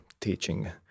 teaching